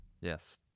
Yes